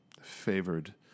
favored